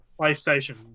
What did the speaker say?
PlayStation